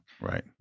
right